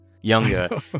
younger